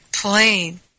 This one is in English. plain